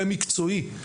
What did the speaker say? מקצועי,